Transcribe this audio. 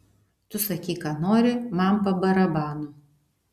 tu sakyk ką nori man pa barabanu